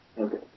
Okay